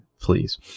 Please